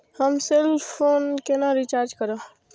हम cell phone केना recharge करब?